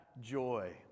joy